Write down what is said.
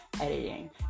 editing